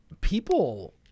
People